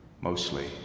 mostly